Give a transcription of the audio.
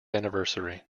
anniversary